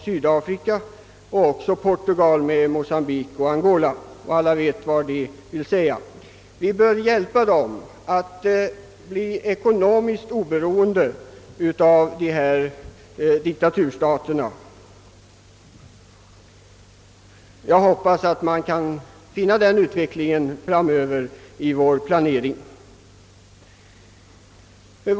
Sedan har vi också Portugal med Mozambique och Angola, och alla vet vad det vill säga. Vi bör hjälpa dessa länder att bli ekonomiskt oberoende av diktaturstaterna. Jag hoppas att vi kan främja en sådan utveckling i vår planering framöver.